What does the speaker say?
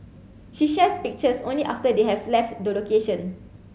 she shares pictures only after they have left the location